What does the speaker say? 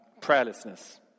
prayerlessness